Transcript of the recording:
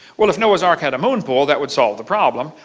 well if noah's ark had a moon pool that would solve the problem.